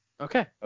Okay